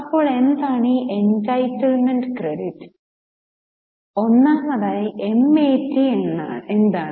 ഇപ്പോൾ എന്താണ് ഈ എൻടൈറ്റിൽമെൻറ് ക്രെഡിറ്റ് ഒന്നാമതായി MAT എന്താണ്